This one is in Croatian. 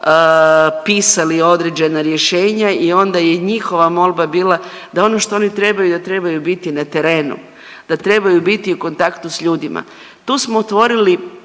pisali određena rješenja i onda je i njihova molba bila da ono što oni trebaju da trebaju biti na terenu, da trebaju biti u kontaktu s ljudima. Tu smo otvorili